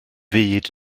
fyd